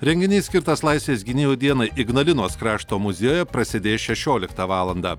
renginys skirtas laisvės gynėjų dienai ignalinos krašto muziejuje prasidės šešioliktą valandą